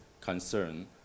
concern